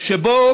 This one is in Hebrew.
שבו